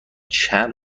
چند